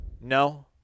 No